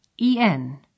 en